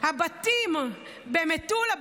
הבתים במטולה,